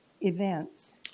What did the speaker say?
events